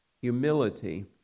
Humility